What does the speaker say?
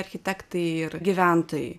architektai ir gyventojai